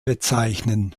bezeichnen